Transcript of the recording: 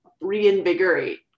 reinvigorate